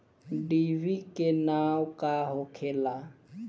डिभी के नाव का होखेला?